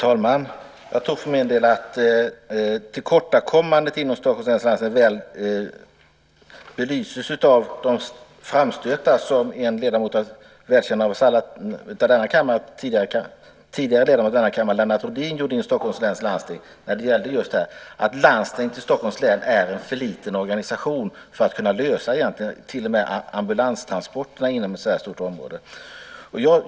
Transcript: Herr talman! För min del tror jag att tillkortakommandet i Stockholms läns landsting väl belyses av de framstötar som en tidigare ledamot av denna kammare, Lennart Rohdin, välkänd för oss alla, gjorde i landstinget när det gällde just denna fråga, nämligen att landstinget i Stockholms län är en för liten organisation för att egentligen ens kunna lösa ambulanstransporterna inom ett så stort område.